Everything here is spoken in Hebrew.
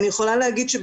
אני יכולה להגיד,